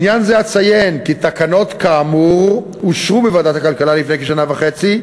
בעניין זה אציין כי תקנות כאמור אושרו בוועדת הכלכלה לפני כשנה וחצי,